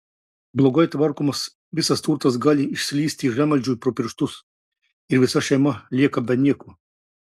blogai tvarkomas visas turtas gali išslysti žemvaldžiui pro pirštus ir visa šeima lieka be nieko